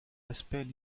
aspects